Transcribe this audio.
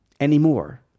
anymore